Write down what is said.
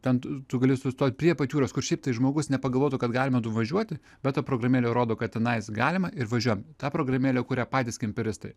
ten tu gali sustot prie pat jūros kur šiaip tai žmogus nepagalvotų kad galima nuvažiuoti bet ta programėlė rodo kad tenais galima ir važiuojam ta programėlę kuria patys kemperistai